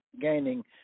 gaining